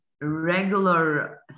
regular